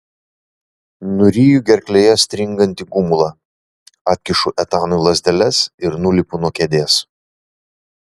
nuryju gerklėje stringantį gumulą atkišu etanui lazdeles ir nulipu nuo kėdės